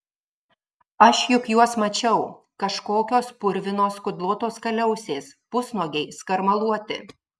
aš juk juos mačiau kažkokios purvinos kudlotos kaliausės pusnuogiai skarmaluoti